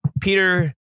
Peter